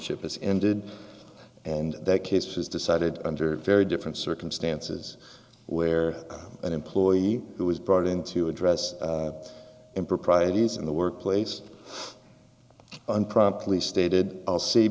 ship has ended and that case was decided under very different circumstances where an employee who was brought in to address improprieties in the workplace and promptly stated i'll save